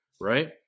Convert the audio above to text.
right